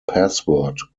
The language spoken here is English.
password